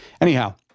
Anyhow